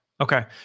Okay